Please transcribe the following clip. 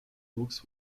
books